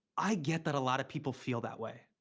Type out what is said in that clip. i get that a lot of people feel that way.